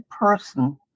person